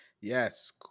Yes